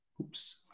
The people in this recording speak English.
Oops